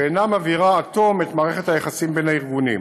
ואינה מבהירה עד תום את מערכת היחסים בין הארגונים.